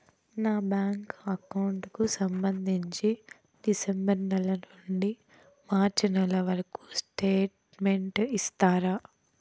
నా bank account కు సంబంధించి డిసెంబరు నెల నుండి మార్చి నెలవరకు స్టేట్మెంట్ ఇస్తారా?